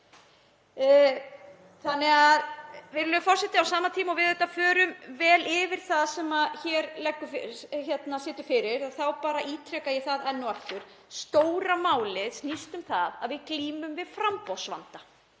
laga. Virðulegur forseti. Á sama tíma og við förum vel yfir það sem hér liggur fyrir, þá bara ítreka ég það enn og aftur að stóra málið snýst um það að við glímum við framboðsvanda.